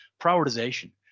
prioritization